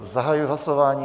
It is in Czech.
Zahajuji hlasování.